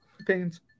Opinions